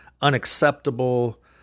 unacceptable